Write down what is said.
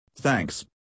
Thanks